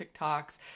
TikToks